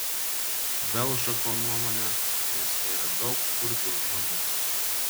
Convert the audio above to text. belžako nuomone mieste yra daug skurdžių žmonių